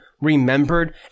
remembered